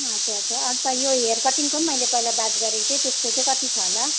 अच्छा अच्छा अन्त यो हेयर कटिङको पनि मैले पहिला बात गरेको थिएँ त्यसको चाहिँ कति छ होला